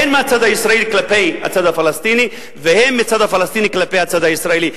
הן מהצד הישראלי כלפי הצד הפלסטיני והן מהצד הפלסטיני כלפי הצד הישראלי.